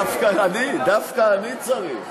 דווקא אני, דווקא אני צריך.